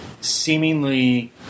seemingly